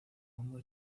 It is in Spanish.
bombo